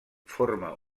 forma